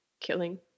killing